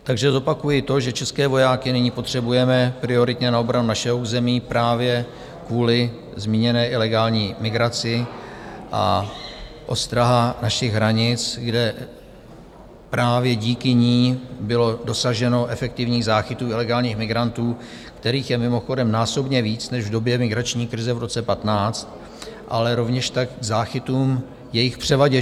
Takže zopakuji to, že české vojáky nyní potřebujeme prioritně na obranu našeho území právě kvůli zmíněné ilegální migraci a ostraze našich hranic, kde právě díky ní bylo dosaženo efektivních záchytů ilegálních migrantů, kterých je mimochodem násobně víc než v době migrační krize v roce 2015, ale rovněž tak k záchytům jejich převaděčů.